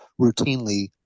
routinely